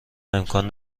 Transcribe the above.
امکان